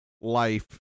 life